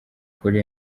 kuri